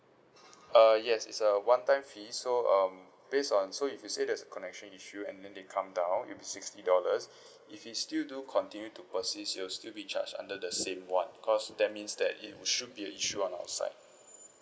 uh yes it's a one time fee so um based on so if you say there's a connection issue and then they come down it'll be sixty dollars if it still do continue to persist it'll still be charged under the same [one] because that means that it should be a issue on our side